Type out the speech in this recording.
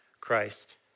Christ